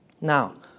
Now